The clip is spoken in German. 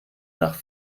nach